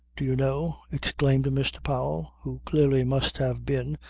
do you know, exclaimed mr. powell, who clearly must have been,